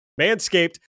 Manscaped